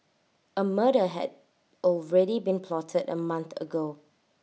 A murder had already been plotted A month ago